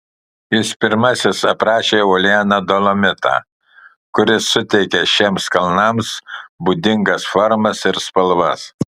jis pirmasis aprašė uolieną dolomitą kuris suteikia šiems kalnams būdingas formas ir spalvas